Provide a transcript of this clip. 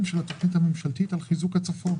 של התכנית הממשלתית על חיזוק הצפון.